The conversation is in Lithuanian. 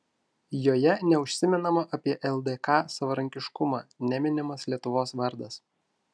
joje neužsimenama apie ldk savarankiškumą neminimas lietuvos vardas